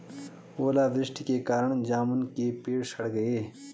ओला वृष्टि के कारण जामुन के पेड़ सड़ गए